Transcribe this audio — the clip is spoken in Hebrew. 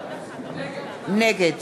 נגד